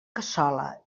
cassola